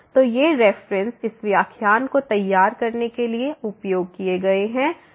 तो ये रेफरेन्सेस इस व्याख्यान को तैयार करने के लिए उपयोग किए गए हैं